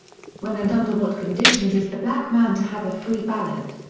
when and under what conditions is the black man to have a free ballot?